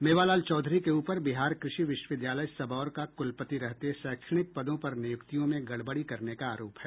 मेवालाल चौधरी के ऊपर बिहार कृषि विश्वविद्यालय सबौर का कुलपति रहते शैक्षणिक पदों पर नियुक्तियों में गड़बड़ी करने का आरोप है